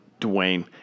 Dwayne